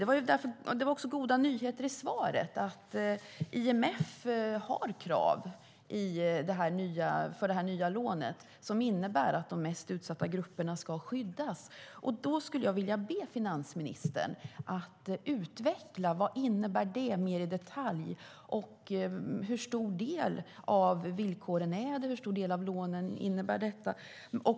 Men det var också goda nyheter i svaret - att IMF har krav för det nya lånet som innebär att de mest utsatta grupperna ska skyddas. Jag skulle vilja be finansministern att utveckla vad detta innebär mer i detalj och hur stor del av lånen och villkoren detta innebär.